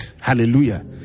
Hallelujah